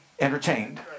entertained